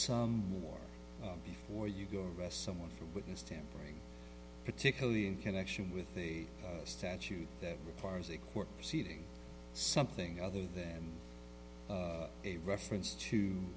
some work before you go to someone for witness tampering particularly in connection with the statute that requires a court proceeding something other than a reference to